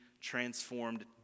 transformed